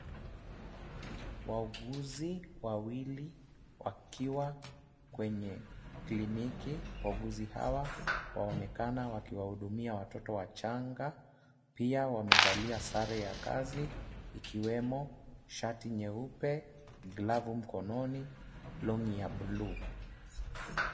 Wauguzi wawili wakiwa kwenye kliniki. Wauguzi hawa wanaonekana wakihudumia watoto wachanga pia wamevalia zare ya kazi ikiwemo shati nyeupe, glavu mkononi long'i ya bluu.